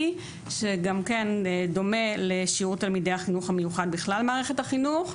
שגם כן דומה לשיעור תלמידי החינוך המיוחד בכלל מערכת החינוך,